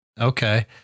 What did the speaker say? Okay